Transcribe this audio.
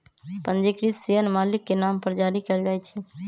पंजीकृत शेयर मालिक के नाम पर जारी कयल जाइ छै